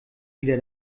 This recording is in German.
wieder